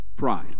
Pride